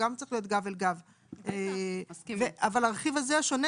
גם צריך להיות גב אל גב אבל הרכיב הזה שונה